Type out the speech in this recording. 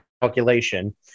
calculation